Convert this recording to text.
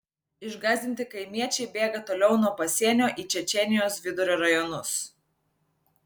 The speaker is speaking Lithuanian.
išgąsdinti kaimiečiai bėga toliau nuo pasienio į čečėnijos vidurio rajonus